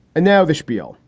and now the spiel,